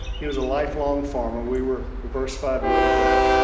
he was a lifelong farmer. we were diversified row crop.